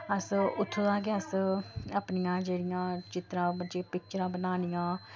अस उत्थूं दा गै अस अपनियां जेह्ड़िया चित्रां पिक्चरां बनानियां